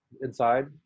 inside